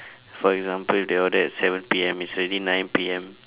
for example if they order at seven P_M it's already nine P_M